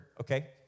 okay